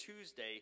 Tuesday